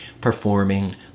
performing